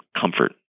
comfort